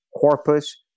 corpus